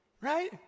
Right